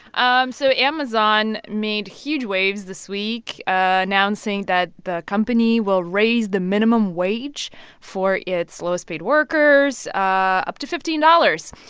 um so amazon made huge waves this week announcing that the company will raise the minimum wage for its lowest-paid workers ah up to fifteen dollars.